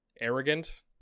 arrogant